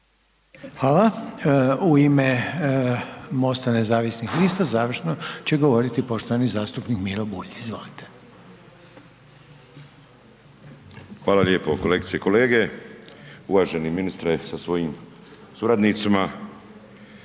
Hvala. U ime Mosta nezavisnih lista, završno će govoriti poštovani zastupnik Miro Bulj, izvolite. **Bulj, Miro (MOST)** Hvala lijepo kolegice i kolege, uvaženi ministre sa svojim suradnicima,